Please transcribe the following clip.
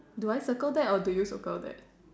do I circle that or do you circle that